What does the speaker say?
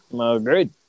Agreed